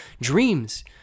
dreams